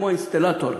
כמו אינסטלטור,